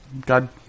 God